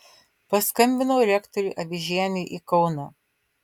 paskambinau rektoriui avižieniui į kauną